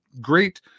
great